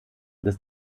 dass